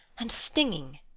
and stinging.